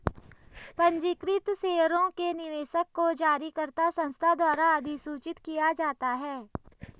पंजीकृत शेयरों के निवेशक को जारीकर्ता संस्था द्वारा अधिसूचित किया जाता है